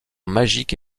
magique